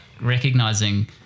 recognizing